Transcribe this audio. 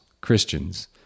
Christians